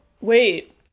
wait